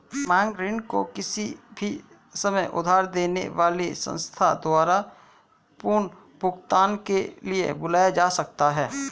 मांग ऋण को किसी भी समय उधार देने वाली संस्था द्वारा पुनर्भुगतान के लिए बुलाया जा सकता है